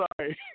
sorry